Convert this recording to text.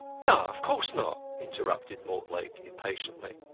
no, of course not! interrupted mortlake, impatiently.